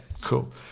Cool